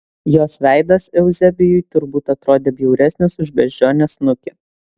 jos veidas euzebijui turbūt atrodė bjauresnis už beždžionės snukį